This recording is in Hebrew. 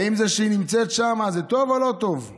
האם זה שהיא נמצאת שם זה טוב או לא טוב?